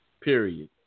period